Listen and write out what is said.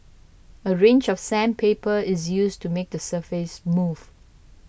a range of sandpaper is used to make the surface smooth